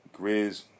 grizz